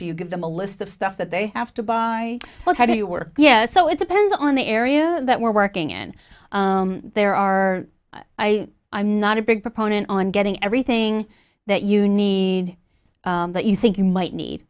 do you give them a list of stuff that they have to buy look how do you work yes so it depends on the area that we're working in there are i i'm not a big proponent on getting everything that you need that you think you might need